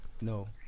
No